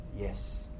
Yes